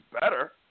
better